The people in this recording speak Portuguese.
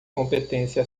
competência